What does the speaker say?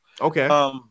Okay